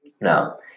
Now